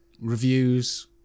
reviews